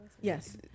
yes